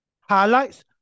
highlights